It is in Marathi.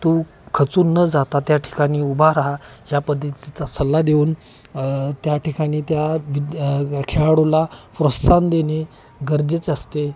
तू खचून न जाता त्या ठिकाणी उभा राहा ह्या पद्धतीचा सल्ला देऊन त्या ठिकाणी त्या विद्या खेळाडूला प्रोत्साहन देणे गरजेचे असते